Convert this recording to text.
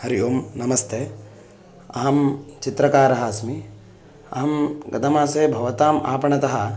हरि ओं नमस्ते अहं चित्रकारः अस्मि अहं गतमासे भवताम् आपणतः